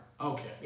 Okay